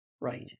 Right